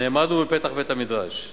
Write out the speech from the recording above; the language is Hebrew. נעמדו בפתח בית-המדרש והכריזו,